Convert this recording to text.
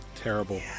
Terrible